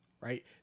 right